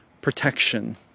protection